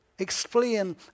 explain